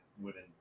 women